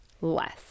less